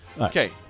Okay